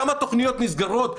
כמה תוכניות נסגרות?